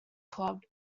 club